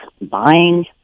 buying